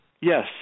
yes